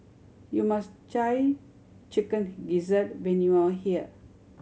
you must try Chicken Gizzard when you are here